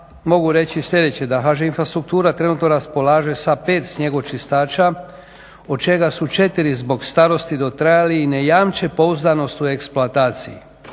mogu reći sljedeće, da HŽ-Infrastruktura trenutno raspolaže sa pet snjegočistača od čega su 4 zbog starosti dotrajali i ne jamče pouzdanost u eksploataciji.